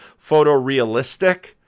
photorealistic